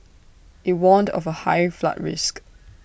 IT warned of A high flood risk